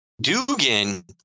Dugan